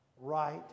Right